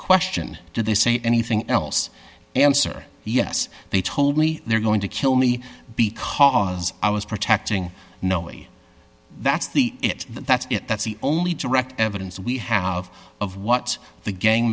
question did they say anything else answer yes they told me they're going to kill me because i was protecting no way that's the it that's it that's the only direct evidence we have of what the gang